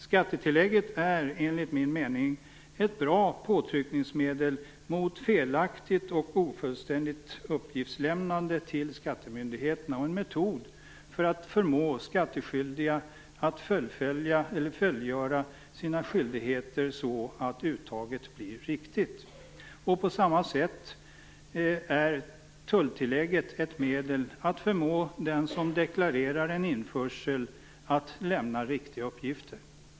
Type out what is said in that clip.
Skattetillägget är enligt min mening ett bra påtryckningsmedel mot felaktigt och ofullständigt uppgiftslämnande till skattemyndigheterna och en metod för att förmå skattskyldiga att fullgöra sina skyldigheter så att uttaget blir riktigt. På samma sätt är tulltillägget ett medel att förmå den som deklarerar en införsel att lämna riktiga uppgifter.